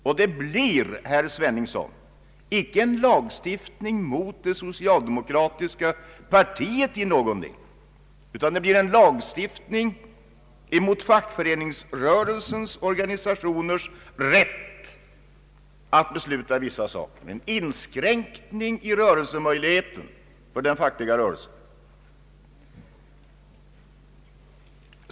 Och det blir, herr Sveningsson, icke en lagstiftning mot det socialdemokratiska partiet till någon del, utan en lagstiftning mot fackföreningsrörelsens organisationers rätt att besluta i vissa frågor — en inskränkning av rörelsemöjligheten för den fackliga rörelsen.